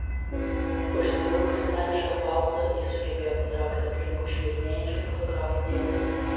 užsivilkusi menišką paltą ji sugebėjo patraukti aplinkui šmirinėjančių fotografų dėmesį